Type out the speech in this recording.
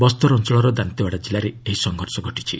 ବସ୍ତର ଅଞ୍ଚଳର ଦନ୍ତେୱାଡା କିଲ୍ଲାରେ ଏହି ସଂଘର୍ଷ ଘଟିଛି